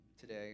today